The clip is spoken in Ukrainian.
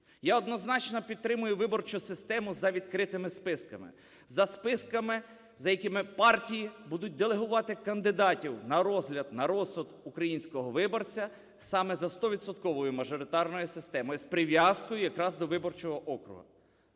Я, однозначно підтримую виборчу систему за відкритими списками, за списками, за якими партії будуть делегувати кандидатів на розгляд, на розсуд українського виборця саме за 100-відсотковою мажоритарною системою з прив'язкою якраз до виборчого округу.